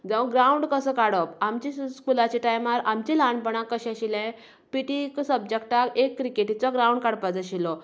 जावं ग्रावंड कसो काडप आमच्या स्कुलाच्या टायमार आमचें ल्हानपणांत कशें आशिल्लें पी टी सब्जकटाक एक क्रिकेटीचो ग्रावंड काडपाचो आशिल्लो